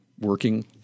working